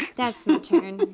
that's my turn.